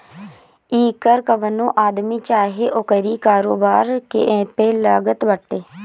इ कर कवनो आदमी चाहे ओकरी कारोबार पे लागत बाटे